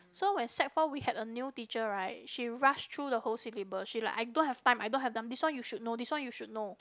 so when sec four we had a new teacher right she rush through the whole syllabus she like I don't have time I don't have time this one you should know this one you should know